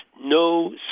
no